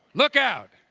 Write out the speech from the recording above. look out!